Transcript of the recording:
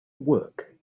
work